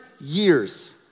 years